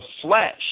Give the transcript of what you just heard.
flesh